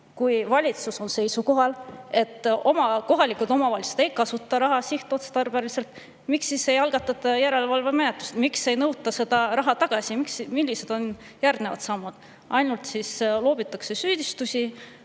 Kui valitsus on seisukohal, et kohalikud omavalitsused ei kasuta raha sihtotstarbeliselt, miks ei algatata järelevalvemenetlust? Miks ei nõuta seda raha tagasi? Millised on järgmised sammud? Ainult loobitakse süüdistusi,